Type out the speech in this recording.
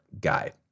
guide